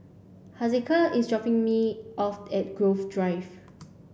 Hezekiah is dropping me off at Grove Drive